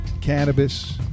Cannabis